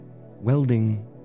Welding